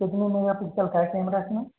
कितने मेगापिक्सल का है कैमरा इसमें